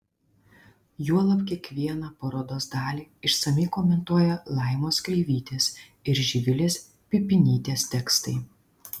juolab kiekvieną parodos dalį išsamiai komentuoja laimos kreivytės ir živilės pipinytės tekstai